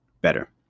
better